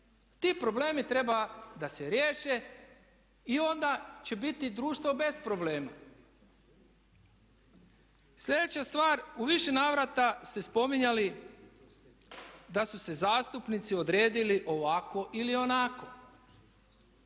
te probleme treba da se riješe i onda će biti društvo bez problema. Sljedeća stvar, u više navrata ste spominjali da su se zastupnici odredili ovako ili onako.